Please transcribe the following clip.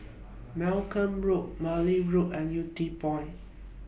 Malcolm Road Wilby Road and Yew Tee Point